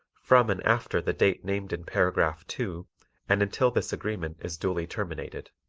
from and after the date named in paragraph two and until this agreement is duly terminated.